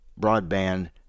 broadband